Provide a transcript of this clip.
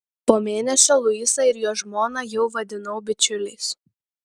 po mėnesio luisą ir jo žmoną jau vadinau bičiuliais